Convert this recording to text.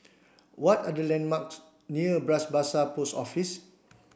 what are the landmarks near Bras Basah Post Office